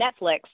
Netflix